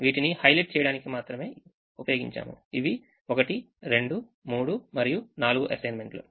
వీటిని హైలైట్ చేయడానికి మాత్రమే ఇవి 1 2 3 మరియు 4 అసైన్మెంట్లు